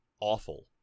awful